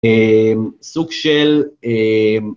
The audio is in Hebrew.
סוג של